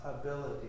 ability